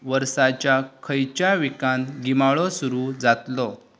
वर्साच्या खंयच्या विकांत गिमाळो सुरू जातलो